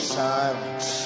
silence